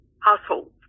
households